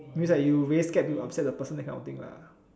means that you're really scared to upset the person that kind of thing lah